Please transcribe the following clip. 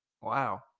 Wow